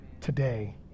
today